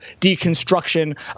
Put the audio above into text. deconstruction